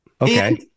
Okay